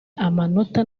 amanota